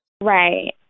Right